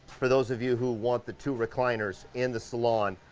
for those of you who want the two recliners in the salon,